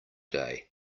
day